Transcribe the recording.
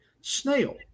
snail